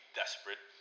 desperate